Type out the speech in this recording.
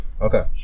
Okay